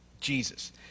Jesus